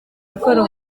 akora